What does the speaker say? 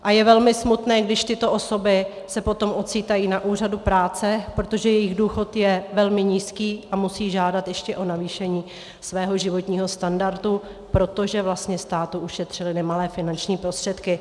A je velmi smutné, když tyto osoby se potom ocitají na úřadu práce, protože jejich důchod je velmi nízký a musí žádat ještě o navýšení svého životního standardu, i když státu ušetřili nemalé finanční prostředky.